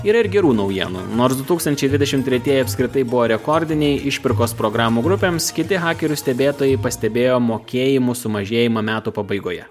yra ir gerų naujienų nors du tūkstančiai dvidešimt tretieji apskritai buvo rekordiniai išpirkos programų grupėms kiti hakerių stebėtojai pastebėjo mokėjimų sumažėjimą metų pabaigoje